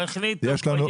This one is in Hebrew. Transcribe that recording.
הוא החליט,